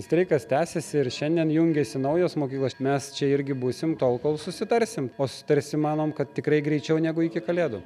streikas tęsiasi ir šiandien jungiasi naujos mokyklos mes čia irgi būsim tol kol susitarsim o susitarsim manom kad tikrai greičiau negu iki kalėdų